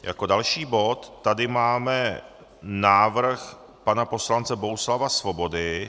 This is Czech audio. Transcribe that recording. Jako další bod tady máme návrh pana poslance Bohuslava Svobody.